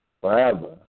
forever